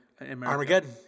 Armageddon